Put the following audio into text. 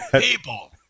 People